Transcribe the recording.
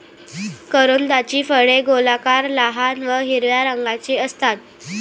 करोंदाची फळे गोलाकार, लहान व हिरव्या रंगाची असतात